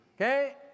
okay